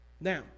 Now